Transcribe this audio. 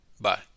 Bye